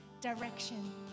direction